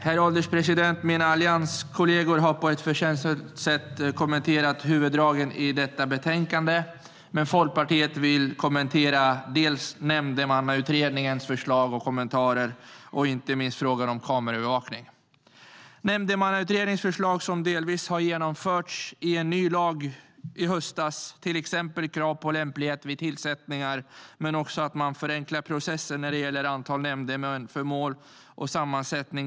Herr ålderspresident! Mina allianskolleger har på ett förtjänstfullt sätt kommenterat huvuddragen i detta betänkande. Folkpartiet vill kommentera Nämndemannautredningens förslag och kommentarer och inte minst frågan om kameraövervakning. Nämndemannautrednigens förslag har delvis genomförts i en ny lag i höstas. Det gäller till exempel högre krav på lämplighet vid tillsättningar men också att man förenklar processen när det gäller antal nämndemän för mål och sammansättning.